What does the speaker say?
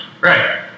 Right